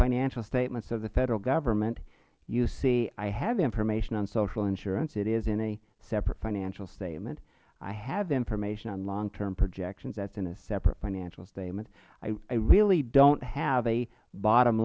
financial statements of the federal government you see i have information on social insurance it is in a separate financial statement i have information on long term projections that is in a separate financial statement i really dont have a bottom